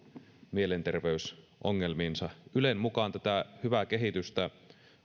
mielenterveysongelmiinsa ylen mukaan tätä hyvää kehitystä